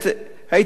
הייתי שמח